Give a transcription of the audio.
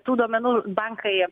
tų duomenų bankai